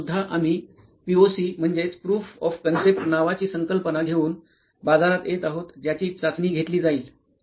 अजून सुद्धा आम्ही पीओसी म्हणजेच प्रुफ ऑफ कन्सेप्ट नावाची संकल्पना घेऊन बाजारात येत आहोत ज्याची चाचणी घेतली जाईल